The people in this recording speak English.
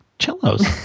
cellos